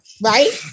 Right